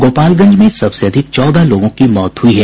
गोपालगंज में सबसे अधिक चौदह लोगों की मौत हुई है